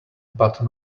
but